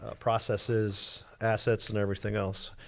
ah processes, assets and everything else.